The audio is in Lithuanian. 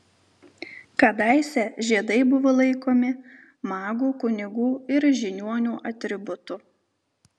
kadaise žiedai buvo laikomi magų kunigų ir žiniuonių atributu